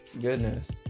goodness